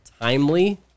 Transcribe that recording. timely